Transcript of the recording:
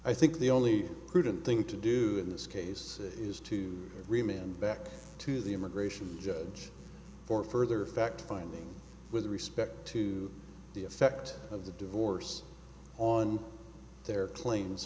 i think the only prudent thing to do in this case is to remain back to the immigration judge for further fact finding with respect to the effect of the divorce on their cla